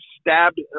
stabbed